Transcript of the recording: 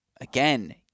Again